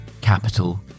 Capital